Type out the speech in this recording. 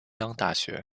大学